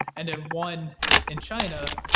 and then one in china,